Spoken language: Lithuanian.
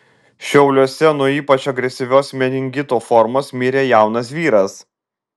šiauliuose nuo ypač agresyvios meningito formos mirė jaunas vyras